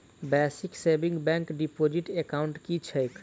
Basic savings bank deposit account की छैक?